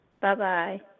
Bye-bye